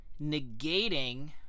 negating